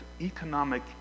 economic